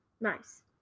Nice